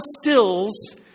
stills